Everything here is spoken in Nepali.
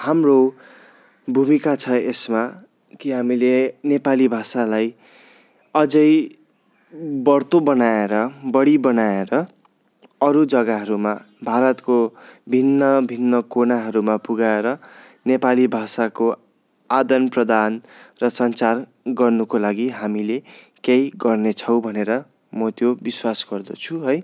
हाम्रो भूमिका छ यसमा कि हामीले नेपाली भाषालाई अझै बढ्ता बनाएर बढी बनाएर अरू जग्गाहरूमा भारतको भिन्न भिन्न कुनाहरूमा पुऱ्याएर नेपाली भाषाको आदान प्रदान र सञ्चार गर्नुको लागि हामीले केही गर्नेछौँ भनेर म त्यो विश्वास गर्दछु है